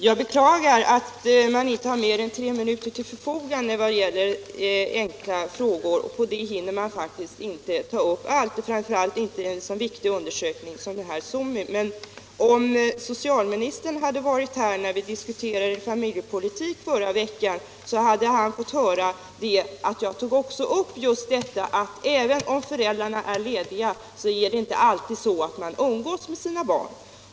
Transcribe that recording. Herr talman! Jag beklagar att man inte har mer än tre minuter till förfogande när det gäller enkla frågor. På den korta tiden hinner man faktiskt inte ta upp allt, framför allt inte en så viktig undersökning som SOMI. Om socialministern hade varit här när vi diskuterade familjepolitik förra veckan, hade han fått höra att jag också tog upp just detta att även om föräldrar är lediga är det inte alltid så att de umgås med sina barn.